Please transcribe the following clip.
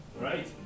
Right